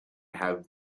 have